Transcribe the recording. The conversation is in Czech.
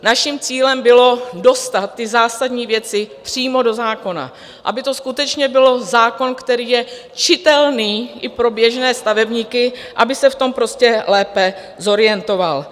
Naším cílem bylo dostat ty zásadní věci přímo do zákona, aby to skutečně byl zákon, který je čitelný i pro běžné stavebníky, aby se v tom prostě lépe zorientovali.